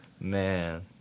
Man